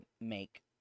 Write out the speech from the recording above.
make